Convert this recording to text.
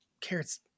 carrots